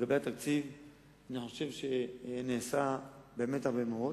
לגבי התקציב אני חושב שנעשה באמת הרבה מאוד.